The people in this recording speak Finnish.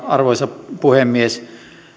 arvoisa puhemies